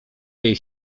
jej